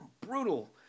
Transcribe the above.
brutal